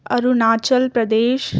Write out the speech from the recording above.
Arunachal Pradesh